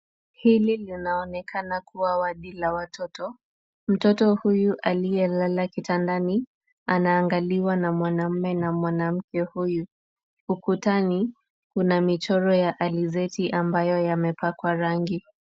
Hili linaonekana kuwa wadi la watoto. Mtoto huyu aliyelala kitandani anaangaliwa na mwanamume na mwanamke huyu. Ukutani kuna michoro ya alizeti ambayo yamepakwa rangi.